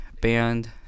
band